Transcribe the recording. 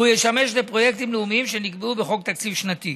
והוא ישמש לפרויקטים לאומיים שנקבעו בחוק תקציב שנתי.